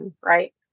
right